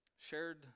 shared